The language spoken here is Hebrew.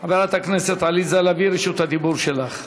חברת הכנסת עליזה לביא, רשות הדיבור שלך.